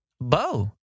Bo